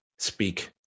speak